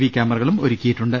V ക്യാമ റകളും ഒരുക്കിയിട്ടുണ്ട്